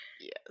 yes